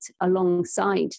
alongside